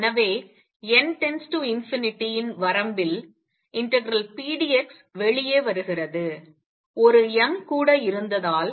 எனவே n →∞ இன் வரம்பில் ∫pdx வெளியே வருகிறது ஒரு m கூட இருந்ததால்